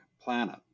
planet